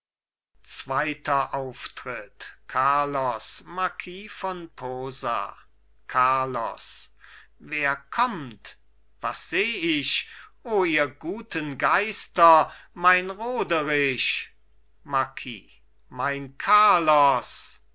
zweiter auftritt carlos marquis von posa carlos wer kommt was seh ich o ihr guten geister mein roderich marquis mein carlos